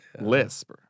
lisp